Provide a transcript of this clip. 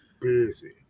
busy